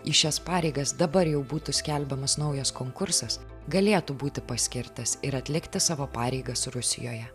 į šias pareigas dabar jau būtų skelbiamas naujas konkursas galėtų būti paskirtas ir atlikti savo pareigas rusijoje